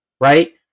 right